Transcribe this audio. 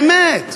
באמת.